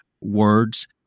words